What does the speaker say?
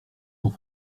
sont